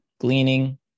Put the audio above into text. gleaning